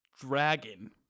dragon